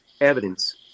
evidence